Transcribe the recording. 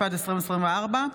התשפ"ד 2024,